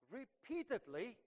repeatedly